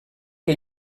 que